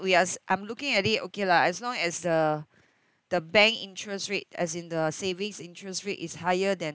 we are s~ I'm looking at it okay lah as long as the the bank interest rate as in the savings interest rate is higher than